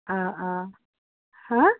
অঁ অঁ হাঁ